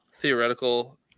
Theoretical